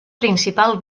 principal